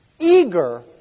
eager